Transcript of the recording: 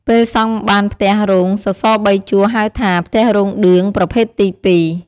ពេលសង់បានផ្ទះរោងសសរ៣ជួរ ហៅថា ផ្ទះរោងឌឿងប្រភេទទី២។